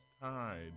tied